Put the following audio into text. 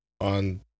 on